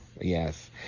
Yes